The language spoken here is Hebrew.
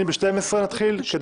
ביום שני נתחיל ב-12.